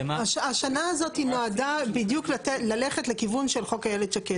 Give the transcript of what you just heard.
השנה הזאת היא נועדה בדיוק ללכת לכיוון של חוק איילת שקד.